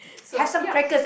so yup